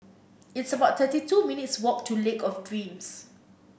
it's about thirty two minutes' walk to Lake of Dreams